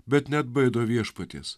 bet neatbaido viešpaties